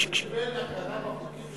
הוא קיבל הכרה בחוקים של הכנסת.